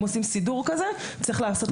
אם עושים סידור כזה, צריך לעשות הבחנה.